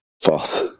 False